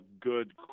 good